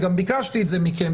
גם ביקשתי מכם,